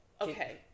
okay